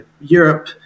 Europe